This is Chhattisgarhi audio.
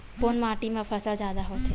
कोन माटी मा फसल जादा होथे?